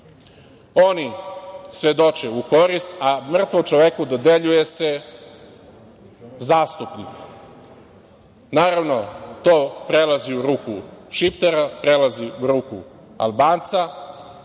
oni svedoče u korist, a mrtvom čoveku dodeljuje se zastupnik. Naravno, to prelazi u ruku šiptara, prelazi u ruku Albanca,